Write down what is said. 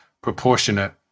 proportionate